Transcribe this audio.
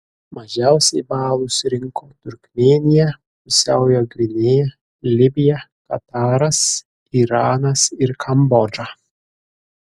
mažiausiai balų surinko turkmėnija pusiaujo gvinėja libija kataras iranas ir kambodža